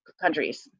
countries